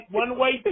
one-way